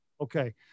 Okay